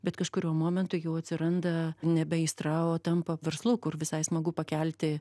bet kažkuriuo momentu jau atsiranda nebe aistra o tampa verslu kur visai smagu pakelti